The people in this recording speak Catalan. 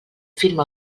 firma